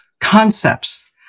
concepts